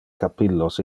capillos